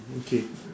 okay